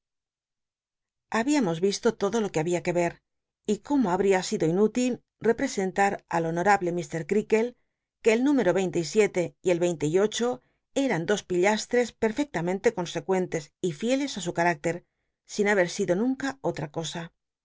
habíamos isto todo lo que había que ver y como habría sido inúti l rcprescnlat al honorable mr cteakle que el número veinte y siete y el veinte y ocho eran dos pillastres perfectamente consecuen tes y'fieles á su car ícter sin haber sido nunca olta cosa